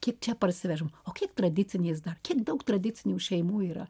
kiek čia parsivežam o kiek tradicinės dar kiek daug tradicinių šeimų yra